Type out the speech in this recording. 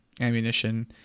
ammunition